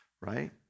right